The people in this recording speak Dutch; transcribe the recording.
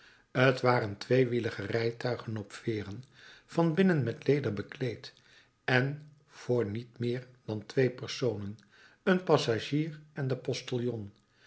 t waren tweewielige rijtuigen op veeren van binnen met leder bekleed en voor niet meer dan twee personen een passagier en den